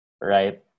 right